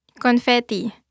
Confetti